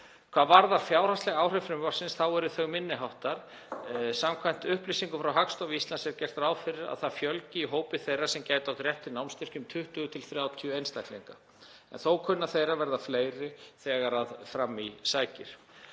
Hvað varðar fjárhagsleg áhrif frumvarpsins eru þau minni háttar. Samkvæmt upplýsingum frá Hagstofu Íslands er gert ráð fyrir að það fjölgi í hópi þeirra sem gætu átt rétt til námsstyrkjum um 20–30 einstaklinga en þó kunna þeir að verða fleiri þegar fram í sækir.